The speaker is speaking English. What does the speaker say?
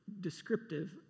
descriptive